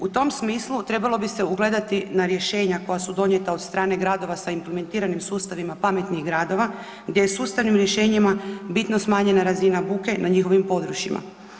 U tom smislu trebalo bi se ugledati na rješenja koja su donijeta od strane gradova sa implementiranim sustavima pametnih gradova gdje je sustavnim rješenjima bitno smanjena razina buke na njihovim područjima.